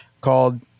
called